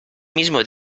mismo